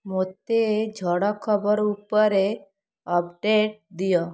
ମୋତେ ଝଡ଼ ଖବର ଉପରେ ଅପଡ଼େଟ୍ ଦିଅ